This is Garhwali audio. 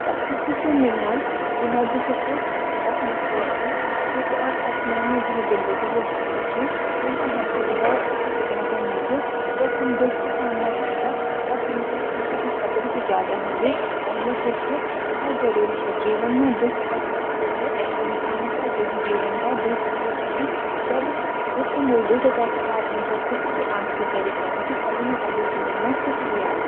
सच्ची खुशी मिलनू बिना दुख कु बहुत मुश्किल छ। दुख और कठिनाई जु छ जिंदगी कु हिस्सा छ यूनसी जु छ हमके बहुत कुछ सीखन के मिलदू। जब हम दुःख कु सामना करदा त हमके खुशी की कदर भी ज्यादा हूंदी और यू जु छ बहुत जरूरी छ । जीवन म दुख और सुख जु छ इंसान का जीवन का द्वि पहलू छन। जब दुख मिलदु त ते का बाद हमूक सुख की आस भी करी चेन्दी, की कभी नह कभी जीवन म सुख भी आलू।